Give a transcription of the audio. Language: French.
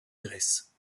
grèce